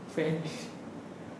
friends